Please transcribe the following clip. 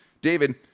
david